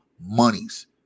monies